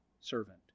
servant